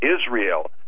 Israel